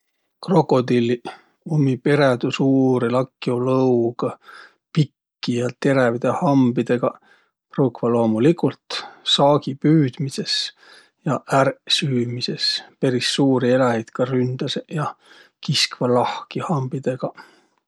Krokodilliq ummi perädüsuuri lakju lõugõ pikki ja terävide hambidõgaq pruukvaq loomuligult saagi püüdmises ja ärq süümises. Peris suuri eläjit ka ründäseq ja kisvaq lahki hambidõgaq.